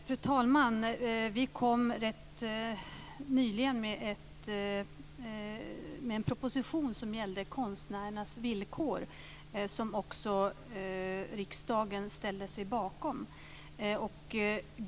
Fru talman! Vi kom rätt nyligen med en proposition som gällde konstnärernas villkor, som också riksdagen ställde sig bakom.